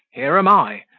here am i,